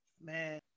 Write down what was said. man